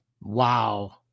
Wow